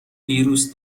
ویروس